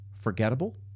forgettable